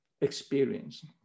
experience